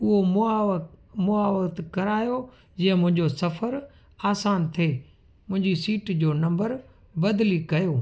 उहो मुआवक मुआवत करायो जीअं मुंहिंजो सफ़रु आसान थिए मुंहिंजी सीट जो नंबर बदिली कयो